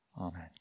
amen